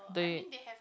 they